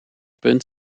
punt